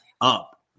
up